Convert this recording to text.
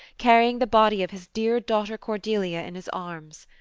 carrying the body of his dear daughter cordelia in his arms.